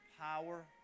power